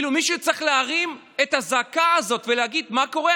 מישהו צריך להרים את הזעקה הזאת ולהגיד: מה קורה?